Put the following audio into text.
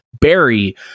barry